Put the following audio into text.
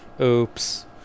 Oops